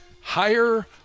Higher